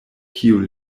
kiun